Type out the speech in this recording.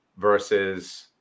versus